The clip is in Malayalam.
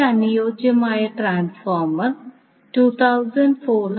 ഒരു അനുയോജ്യമായ ട്രാൻസ്ഫോർമർ 2400120 V 9